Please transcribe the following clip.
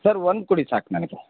sir ಒಂದು ಕೊಡಿ ಸಾಕು ನನಗೆ